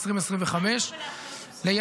ל-2025 -- מה לך ולאחריות פיסקלית?